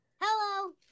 Hello